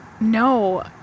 No